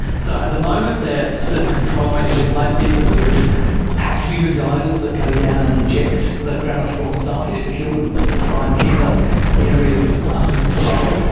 so at the moment there are certain control measures in place, bits of the reef have human divers that go down and inject the crown-of-thorns starfish to kill them, to try and keep the areas under control.